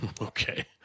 Okay